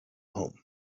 home